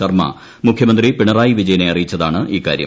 ശർമ്മ മുഖ്യമന്ത്രി പിണറായി വിജയനെ അറിയിച്ചതാണ് ഇക്കാര്യം